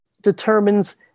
determines